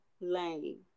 Lane